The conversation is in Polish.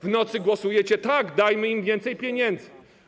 W nocy głosujecie: tak, dajmy im więcej pieniędzy.